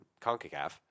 CONCACAF